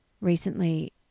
recently